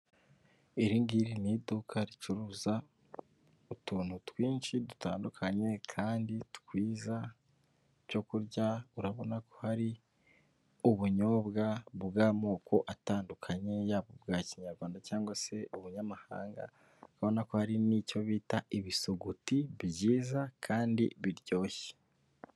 Iri ngiri ni iduka ricuruza utuntu twinshi dutandukanye kandi twiza, ibyo kurya urabona ko hari ubunyobwa bw'amoko atandukanye yaba ubwa kinyarwanda cyangwa se ubunyamahanga, urabona ko hari n'icyo bita ibisuguti byiza kandi biryoshye.